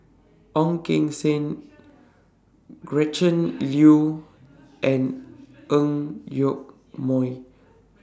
Ong Keng Sen Gretchen Liu and Ang Yoke Mooi